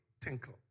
tinkle